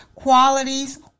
Qualities